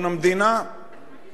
יכול לפגוע בפרטיות,